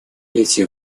эти